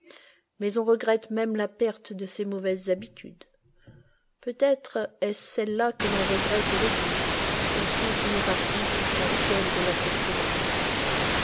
mais on regrette même la perte de ses mauvaises habitudes peut-être est-ce celles-là que l'on regrette le plus elles sont une partie essentielle de la personnalité